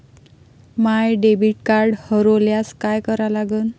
माय debit card हरोल्यास काय करा लागन?